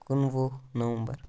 کُنوُہ نومبَر